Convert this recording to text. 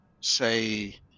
say